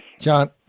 John